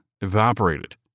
evaporated